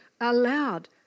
allowed